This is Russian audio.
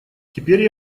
теперь